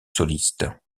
soliste